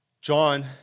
John